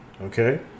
Okay